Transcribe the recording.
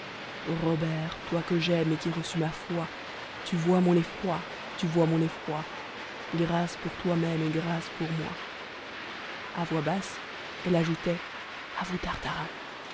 robert toi que j'aime et qui reçus ma foi tu vois mon effroi bis grâce pour toi-même et grâce pour moi a voix basse elle ajoutait a vous tartarin